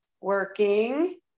working